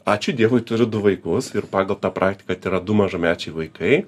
ačiū dievui turiu du vaikus ir pagal tą praktiką tai yra du mažamečiai vaikai